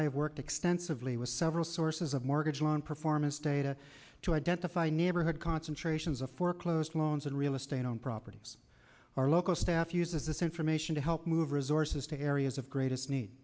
have worked extensively with several sources of mortgage loan performance data to identify neighborhood concentrations of foreclosed loans and real estate owned properties our local staff uses this information to help move resources to areas of greatest nee